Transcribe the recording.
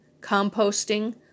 composting